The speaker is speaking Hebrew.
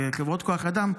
בחברות כוח אדם,